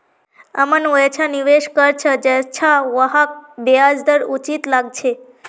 अमन वैछा निवेश कर छ जैछा वहाक ब्याज दर उचित लागछे